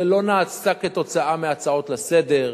זה לא נעשה כתוצאה מהצעות לסדר-היום,